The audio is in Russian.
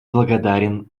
благодарен